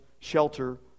shelter